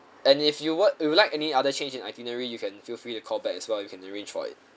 and if you want you would like any other change in itinerary you can feel free to call back as well you can arrange for it